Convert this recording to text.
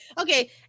okay